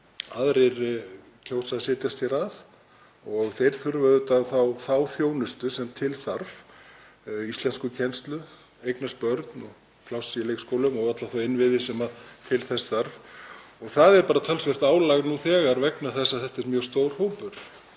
aðrir kjósa að setjast hér að og þeir þurfa auðvitað að fá þá þjónustu sem til þarf, íslenskukennslu, þeir eignast börn og þurfa pláss í leikskólum og alla þá innviði sem til þess þarf. Það er bara talsvert álag nú þegar, vegna þess að þetta er mjög stór hópur.